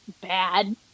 bad